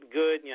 good